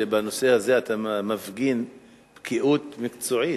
שבנושא הזה אתה מפגין בקיאות מקצועית,